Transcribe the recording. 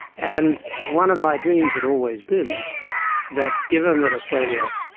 and one of my dreams had always been that given that australia,